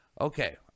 Okay